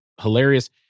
hilarious